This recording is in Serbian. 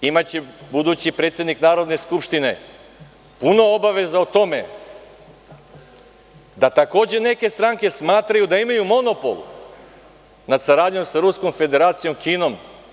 Imaće budući predsednik Narodne skupštine puno obaveza o tome da takođe neke stranke smatraju da imaju monopol nad saradnjom sa Ruskom Federacijom i Kinom.